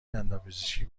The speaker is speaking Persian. دندانپزشکی